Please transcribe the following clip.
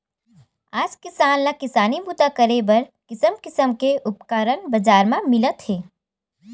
आज किसान ल किसानी बूता करे बर किसम किसम के उपकरन बजार म मिलत हे